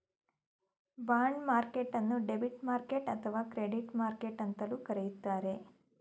bond ಮಾರ್ಕೆಟ್ಟನ್ನು debit market ಅಥವಾ credit market ಅಂತಲೂ ಕರೆಯುತ್ತಾರೆ